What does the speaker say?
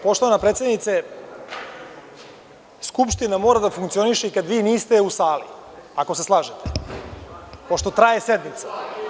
Poštovana predsednice, Skupština mora da funkcioniše i kada vi niste u sali, ako se slažete, pošto traje sednica.